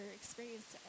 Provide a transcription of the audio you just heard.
experienced